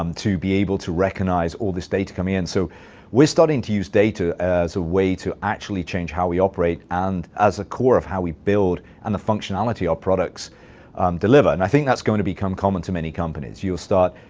um to be able to recognize all this data coming in. so we're starting to use data as a way to actually change how we operate and as a core of how we build and the functionality our products deliver. and i think that's going to become common to many companies. you will start.